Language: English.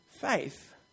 faith